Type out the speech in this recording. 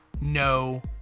no